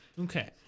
Okay